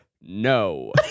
no